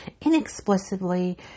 inexplicably